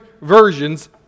versions